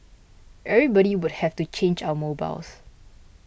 everybody would have to change our mobiles